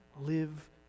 live